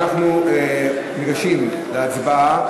אנחנו ניגשים להצבעה,